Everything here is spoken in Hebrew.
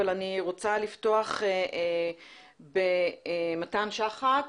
אבל אני רוצה לפתוח עם מתן שחק,